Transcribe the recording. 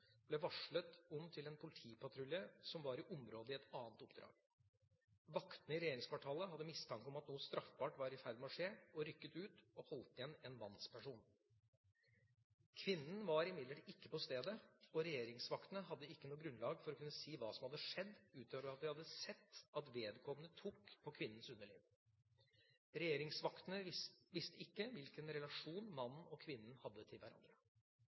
ble varslet til en politipatrulje som var i området i et annet oppdrag. Vaktene i regjeringskvartalet hadde mistanke om at noe straffbart var i ferd med å skje, og «rykket ut» og holdt igjen en mannsperson. Kvinnen var imidlertid ikke på stedet, og regjeringsvaktene hadde ikke noe grunnlag for å kunne si hva som hadde skjedd ut over at de hadde sett at vedkommende tok på kvinnens underliv. Regjeringsvaktene visste ikke hvilken relasjon mannen og kvinnen hadde til hverandre.